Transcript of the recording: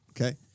Okay